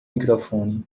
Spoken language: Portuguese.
microfone